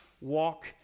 Walk